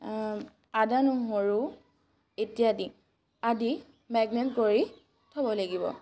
আদা নহৰু ইত্যাদি আদি মেৰিনেট কৰি থ'ব লাগিব